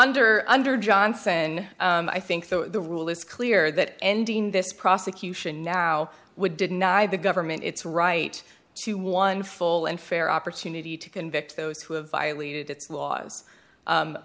under under johnson i think the rule is clear that ending this prosecution now would deny the government its right to one full and fair opportunity to convict those who have violated